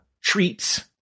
treats